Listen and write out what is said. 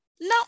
no